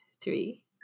three